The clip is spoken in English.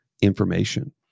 information